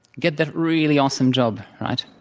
get that really awesome job, right?